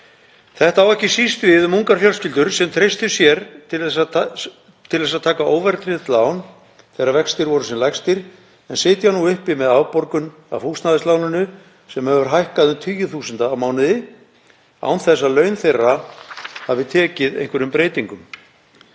Þetta á ekki síst við um ungar fjölskyldur sem treystu sér til að taka óverðtryggt lán þegar vextir voru sem lægstir en sitja nú uppi með afborgun af húsnæðisláninu sem hefur hækkað um tugi þúsunda á mánuði án þess að laun þeirra hafi tekið einhverjum breytingum.